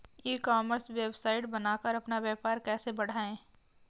ई commerce website बनाकर अपना व्यापार कैसे बढ़ाएँ?